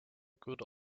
good